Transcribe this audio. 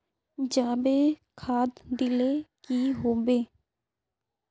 जाबे खाद दिले की होबे?